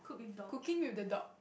cooking with the dog